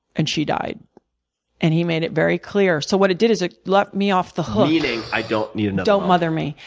and she died and he made it very clear. so what it did is it let me off the hook. meaning i don't need another and don't mother me.